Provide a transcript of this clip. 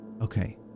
Okay